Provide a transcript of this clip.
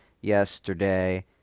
yesterday